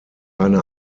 eine